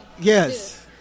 Yes